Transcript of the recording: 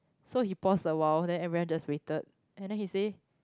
so he paused a while then everyone just waited and then he said